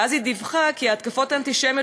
ואז היא דיווחה כי ההתקפות האנטישמיות